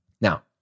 Now